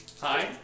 Hi